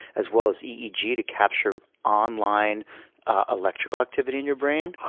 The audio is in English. as well as eeg, to capture online electrical activity in your brain. wow.